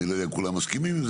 אני לא יודע אם כולם מסמכים לזה,